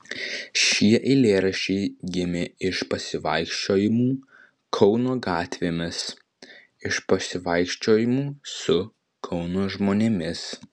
šie eilėraščiai gimė iš pasivaikščiojimų kauno gatvėmis iš pasivaikščiojimų su kauno žmonėmis